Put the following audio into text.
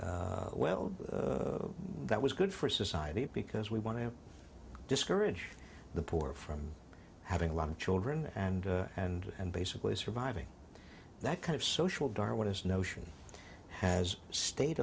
well that was good for society because we want to discourage the poor from having a lot of children and and and basically surviving that kind of social darwinist notion has stayed